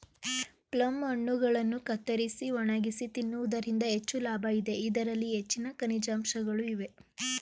plum ಹಣ್ಣುಗಳನ್ನು ಕತ್ತರಿಸಿ ಒಣಗಿಸಿ ತಿನ್ನುವುದರಿಂದ ಹೆಚ್ಚು ಲಾಭ ಇದೆ, ಇದರಲ್ಲಿ ಹೆಚ್ಚಿನ ಖನಿಜಾಂಶಗಳು ಇವೆ